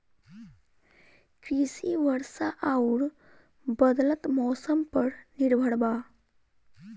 कृषि वर्षा आउर बदलत मौसम पर निर्भर बा